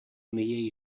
unie